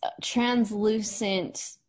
translucent